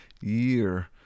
year